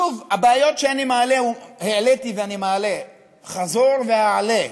שוב, הבעיות שהעליתי ואני מעלה חזור והעלה,